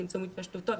צמצום התפשטותו,